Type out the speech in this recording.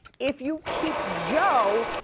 if you keep joe,